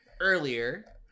earlier